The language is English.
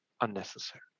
unnecessary